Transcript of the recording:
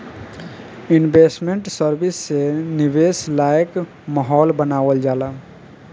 investment service से निवेश लायक माहौल बानावल जाला